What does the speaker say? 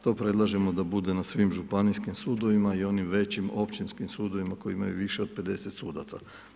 To predlažemo da bude na svim županijskim sudovima i onim većim općinskim sudovima koji imaju više od 50 sudaca.